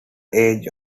age